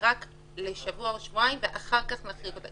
רק לשבוע-שבועיים ואחר כך נחריג אותה?